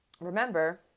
Remember